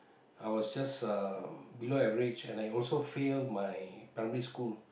I was just uh below average and I also fail my primary school